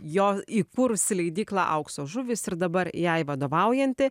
jo įkūrusi leidyklą aukso žuvys ir dabar jai vadovaujanti